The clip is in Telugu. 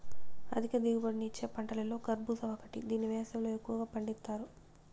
అధిక దిగుబడిని ఇచ్చే పంటలలో కర్భూజ ఒకటి దీన్ని వేసవిలో ఎక్కువగా పండిత్తారు